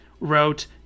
wrote